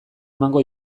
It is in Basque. emango